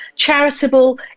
charitable